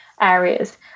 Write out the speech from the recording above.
areas